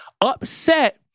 upset